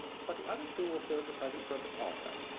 but the other two will serve the present purpose also.